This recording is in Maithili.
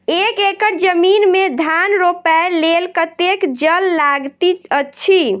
एक एकड़ जमीन मे धान रोपय लेल कतेक जल लागति अछि?